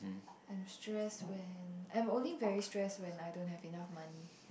I'm stressed when I'm only very stressed when I don't have enough money